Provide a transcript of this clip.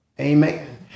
Amen